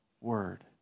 word